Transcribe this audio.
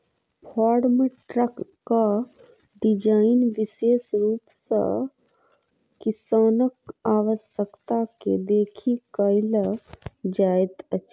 farm ट्रकक design विशेष रूप सॅ किसानक आवश्यकता के देखि कयल जाइत अछि